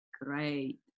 Great